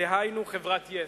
דהיינו חברת yes.